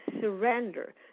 surrender